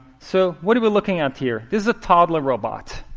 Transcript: so what are we looking at here? this is a toddler robot.